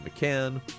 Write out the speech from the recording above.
McCann